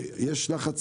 ויש לחץ ציבורי,